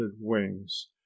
wings